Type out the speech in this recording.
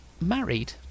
married